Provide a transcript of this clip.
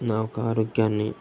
నా యొక్క ఆరోగ్యాన్ని